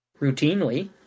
routinely